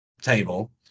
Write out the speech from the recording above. table